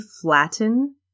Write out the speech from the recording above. flatten